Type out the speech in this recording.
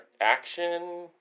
action